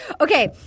Okay